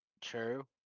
true